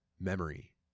memory